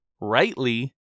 rightly